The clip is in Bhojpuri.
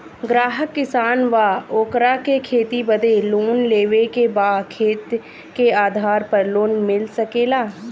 ग्राहक किसान बा ओकरा के खेती बदे लोन लेवे के बा खेत के आधार पर लोन मिल सके ला?